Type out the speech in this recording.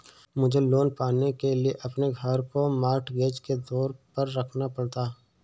मुझे लोन पाने के लिए अपने घर को मॉर्टगेज के तौर पर रखना पड़ा